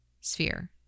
sphere